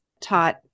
taught